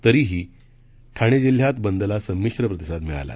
तरीही ठाणे जिल्हयात बंदला संमिश्र प्रतिसाद मिळाला